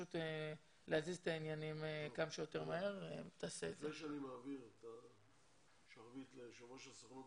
לפני שאני מעביר את השרביט ליושב ראש הסוכנות